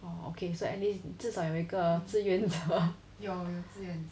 oh okay so at least 至少有一个志愿者